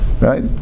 Right